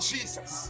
Jesus